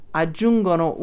aggiungono